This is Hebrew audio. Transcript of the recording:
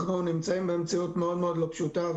אנחנו נמצאים במציאות מאוד מאוד לא פשוטה,